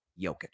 Jokic